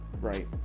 Right